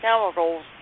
chemicals